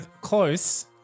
Close